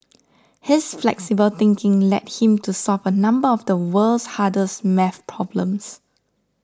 his flexible thinking led him to solve a number of the world's hardest math problems